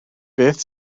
beth